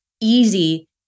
easy